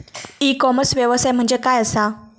E commerce व्यवसाय म्हणजे काय असा?